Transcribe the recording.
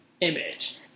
image